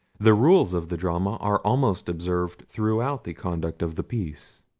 the rules of the drama are almost observed throughout the conduct of the piece.